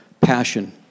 passion